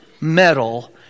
metal